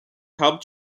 help